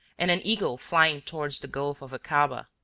and an eagle flying towards the gulf of akaba,